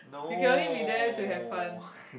you can only be there to have fun